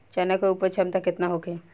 चना के उपज क्षमता केतना होखे?